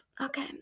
okay